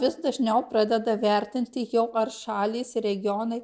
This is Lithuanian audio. vis dažniau pradeda vertinti jau ar šalys ir regionai